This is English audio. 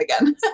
again